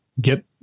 get